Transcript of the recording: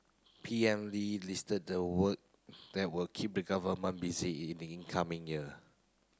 P M Lee listed the work that will keep the government busy in in coming year